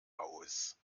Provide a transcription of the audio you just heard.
aus